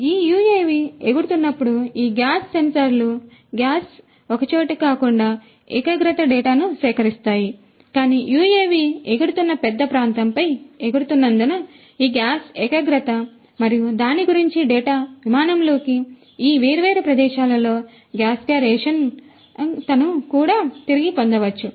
ఈ యుఎవి ఎగురుతున్నప్పుడు ఈ గ్యాస్ సెన్సార్లు ఈ గ్యాస్ సెన్సార్లు ఒకే చోట కాకుండా గ్యాస్ ఏకాగ్రత డేటాను సేకరిస్తాయి కానీ ఈ యుఎవి ఎగురుతున్న పెద్ద ప్రాంతంపై ఎగురుతున్నందున ఈ గ్యాస్ ఏకాగ్రత మరియు దాని గురించి డేటా విమానంలోని ఈ వేర్వేరు ప్రదేశాలలో గ్యాస్ గా ration తను కూడా తిరిగి పొందవచ్చు